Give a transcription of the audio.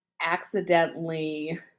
accidentally